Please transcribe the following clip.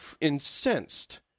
incensed